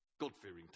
God-fearing